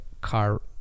car